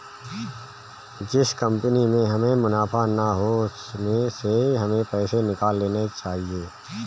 जिस कंपनी में हमें मुनाफा ना हो उसमें से हमें पैसे निकाल लेने चाहिए